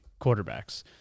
quarterbacks